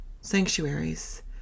sanctuaries